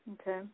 okay